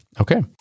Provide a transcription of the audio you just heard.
Okay